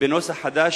בנוסח חדש,